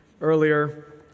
earlier